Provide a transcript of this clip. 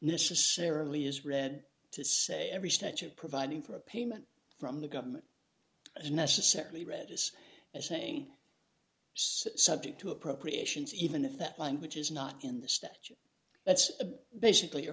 necessarily is read to say every statute providing for a payment from the government is necessarily read as a saying subject to appropriations even if that language is not in the statute that's basically your